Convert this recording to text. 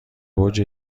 برج